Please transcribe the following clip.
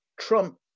Trump